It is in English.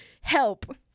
help